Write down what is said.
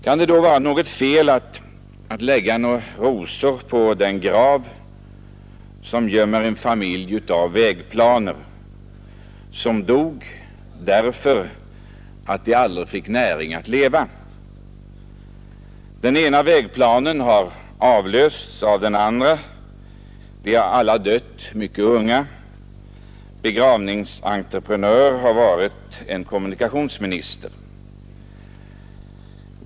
Kan det då vara fel att lägga några rosor på den grav som gömmer en familj av vägplaner, som dog därför att de aldrig fick näring att leva? Den ena vägplanen har avlösts av den andra. De har dött mycket unga. Begravningsentreprenör har varit en kommunikationsminister.